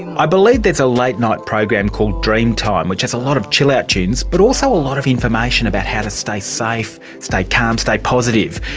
i believe there's a late-night program called dream time which has a lot of chill-out tunes but also a lot of information about how to stay safe, stay calm, stay positive.